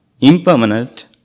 impermanent